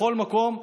בכל מקום,